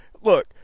look